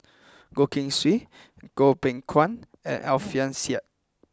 Goh Keng Swee Goh Beng Kwan and Alfian Sa'at